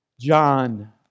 John